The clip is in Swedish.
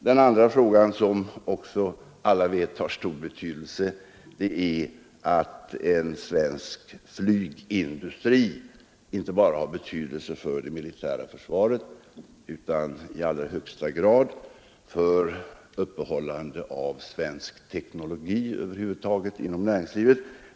Den andra frågan, som också har stor betydelse som alla vet, är att en svensk flygindustri inte bara har betydelse för det militära försvaret utan i allra högsta grad för uppehållande av svensk teknologi över huvud taget inom näringslivet.